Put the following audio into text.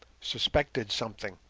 suspected something,